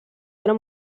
della